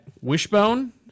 Wishbone